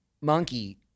Monkey